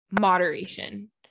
moderation